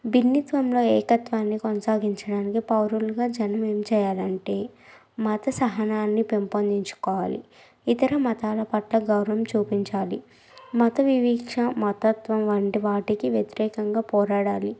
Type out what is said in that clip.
భిన్నిత్వంలో ఏకత్వాన్ని కొనసాగించడానికి పౌరులుగా జన్మం చేయాలంటే మాత సహనాన్ని పెంపొందించుకోవాలి ఇతర మతాల పట్ల గౌరవం చూపించాలి మతవివక్ష మతతత్వం వంటి వాటికి వ్యతిరేకంగా పోరాడాలి